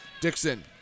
Dixon